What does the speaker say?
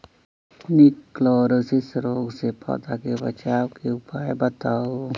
निककरोलीसिस रोग से पौधा के बचाव के उपाय बताऊ?